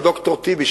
בראשות ד"ר טיבי,